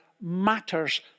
matters